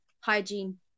hygiene